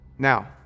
Now